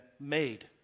made